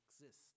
exist